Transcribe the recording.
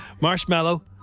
Marshmallow